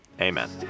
Amen